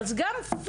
כך שגם פיזית